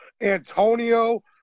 Antonio